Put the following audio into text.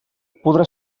podrà